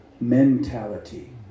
mentality